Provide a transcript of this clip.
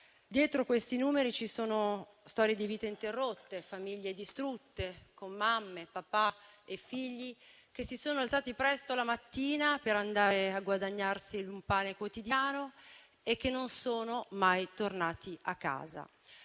Dietro questi numeri ci sono storie di vita interrotte, famiglie distrutte, con mamme, papà e figli che si sono alzati presto la mattina per andare a guadagnarsi il pane quotidiano e che non sono mai tornati a casa.